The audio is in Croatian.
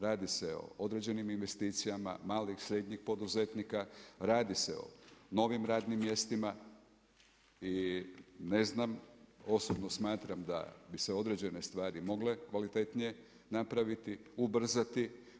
Radi se o određenim investicijama, malih, srednjih poduzetnika, radi se o novim radnim mjestima i ne znam, osobno smatram da bi se određene stvari mogle kvalitetnije napraviti, ubrzati.